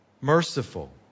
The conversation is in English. merciful